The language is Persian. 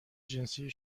جنسی